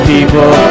people